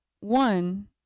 one